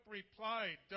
replied